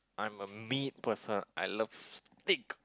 I am a meat person I love steak